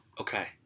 Okay